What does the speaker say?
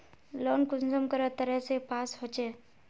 Loan कुंसम करे तरह से पास होचए?